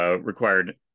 required